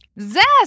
Zest